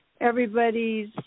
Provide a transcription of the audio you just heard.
everybody's